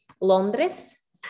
Londres